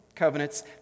covenants